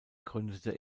gründete